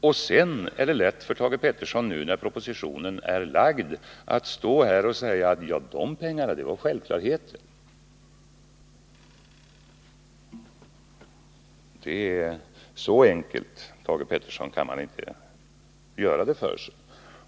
Nu när propositionen är framlagd är det lätt för Thage Peterson att stå här och säga att de pengarna var självklarheter, men så enkelt kan man inte göra det för sig.